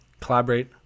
collaborate